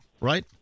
right